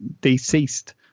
deceased